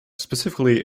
specifically